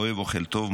אוהב אוכל טוב,